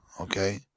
okay